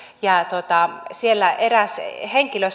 siellä eräs henkilö